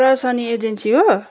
प्रसन agency हो